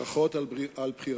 ברכות על בחירתך,